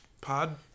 Pod